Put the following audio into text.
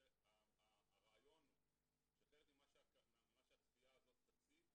שהרעיון הוא שחלק ממה שהצפייה הזו תציף